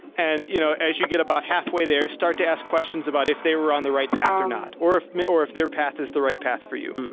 and you know as you get about halfway there, start to ask questions about if they were on the right path are not, or if or if their path is the right path for you